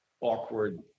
awkward